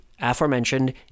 aforementioned